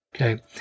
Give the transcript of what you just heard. Okay